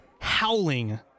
howling